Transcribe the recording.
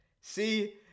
See